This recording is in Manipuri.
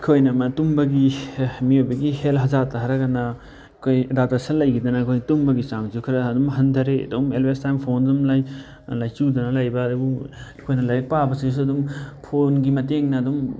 ꯑꯩꯈꯣꯏꯅ ꯇꯨꯝꯕꯒꯤ ꯃꯤꯑꯣꯏꯕꯒꯤ ꯍꯦꯜꯊ ꯍꯖꯥꯔꯗꯇ ꯍꯥꯏꯔꯒꯅ ꯑꯩꯈꯣꯏ ꯑꯦꯗꯥꯞꯇꯦꯁꯟ ꯂꯩꯈꯤꯗꯅ ꯑꯩꯈꯣꯏ ꯇꯨꯝꯕꯒꯤ ꯆꯥꯡꯁꯨ ꯈꯔ ꯑꯗꯨꯝ ꯍꯟꯊꯔꯦ ꯑꯗꯨꯝ ꯑꯦꯜꯋꯦꯁ ꯇꯥꯏꯝ ꯐꯣꯟꯗ ꯑꯗꯨꯝ ꯂꯩ ꯂꯥꯏꯆꯨꯗꯅ ꯂꯩꯕ ꯑꯗꯨꯝ ꯑꯩꯈꯣꯏꯅ ꯂꯥꯏꯔꯤꯛ ꯄꯥꯕꯁꯤꯁꯨ ꯑꯗꯨꯝ ꯐꯣꯟꯒꯤ ꯃꯇꯦꯡꯅ ꯑꯗꯨꯝ